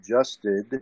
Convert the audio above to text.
adjusted